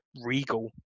regal